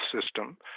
system